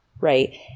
right